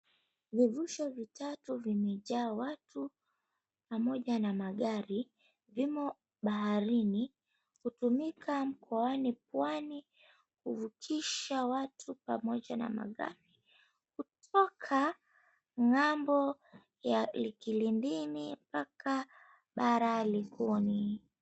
Vivusho vitatu vimejaa watu pamoja na magari, vimo baharini. Hutumika mkoani Pwani kuvukisha watu pamoja na magari kutoka ng'ambo ya Kilindini mpaka bara ya Likoni.